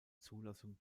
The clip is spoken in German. zulassung